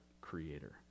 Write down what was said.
Creator